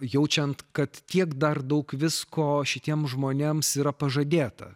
jaučiant kad tiek dar daug visko šitiem žmonėms yra pažadėta